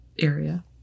area